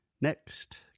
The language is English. Next